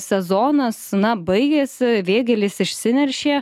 sezonas na baigėsi vėgėlės išsineršė